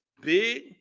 big